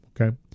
okay